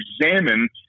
examine